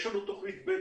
יש לנו את תוכנית ב',